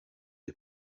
est